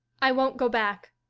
i won't go back,